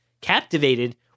captivated